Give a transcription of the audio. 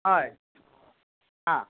हय हां